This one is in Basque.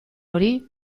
hori